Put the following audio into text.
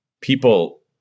people